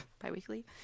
bi-weekly